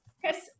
Chris